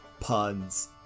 Puns